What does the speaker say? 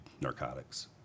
narcotics